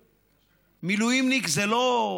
מילואימניק זה לא,